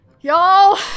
Y'all